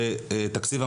לא רק לספורט